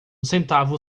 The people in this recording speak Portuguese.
centavo